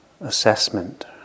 assessment